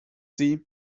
sie